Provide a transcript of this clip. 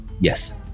Yes